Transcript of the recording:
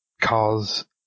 cause